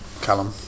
Callum